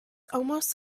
almost